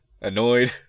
annoyed